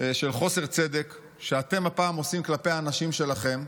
של חוסר צדק שהפעם אתם עושים כלפי האנשים שלכם.